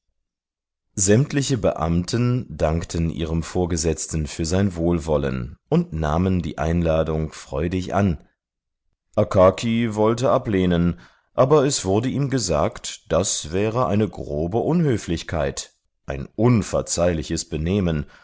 sämtliche beamten dankten ihrem vorgesetzten für sein wohlwollen und nahmen die einladung freudig an akaki wollte ablehnen aber es wurde ihm gesagt das wäre eine grobe unhöflichkeit ein unverzeihliches benehmen